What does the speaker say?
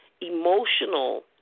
emotional